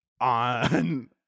on